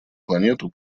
планету